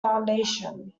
foundation